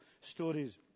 stories